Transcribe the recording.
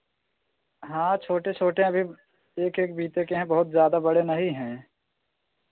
हाँ छोटे छोटें अभी एक एक बीते के हैं बहुत ज़्यादा बड़े नहीं हैं